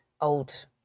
old